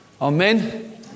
Amen